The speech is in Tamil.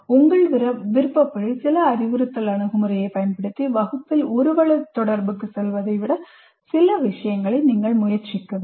உங்கள் விருப்பப்படி சில அறிவுறுத்தல் அணுகுமுறையைப் பயன்படுத்தி வகுப்பில் ஒரு வழி தகவல்தொடர்புக்கு செல்வதை விட சில விஷயங்களை முயற்சிக்க வேண்டும்